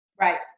Right